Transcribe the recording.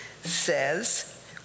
says